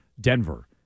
Denver